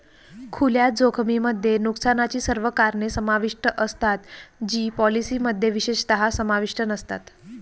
खुल्या जोखमीमध्ये नुकसानाची सर्व कारणे समाविष्ट असतात जी पॉलिसीमध्ये विशेषतः समाविष्ट नसतात